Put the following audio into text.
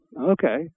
okay